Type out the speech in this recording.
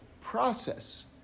process